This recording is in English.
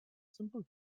simple